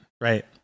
right